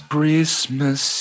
Christmas